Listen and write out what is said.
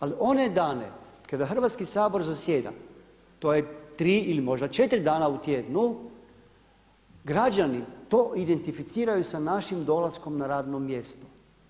Ali one dane kada Hrvatski sabor zasjeda to je tri ili možda četiri dana u tjednu građani to identificiraju sa našim dolaskom na radno mjesto.